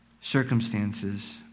circumstances